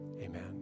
Amen